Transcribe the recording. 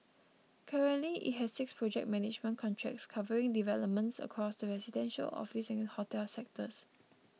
currently it has six project management contracts covering developments across the residential office and hotel sectors